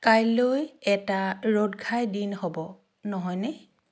কাইলৈ এটা ৰ'দঘাই দিন হ'ব নহয়নে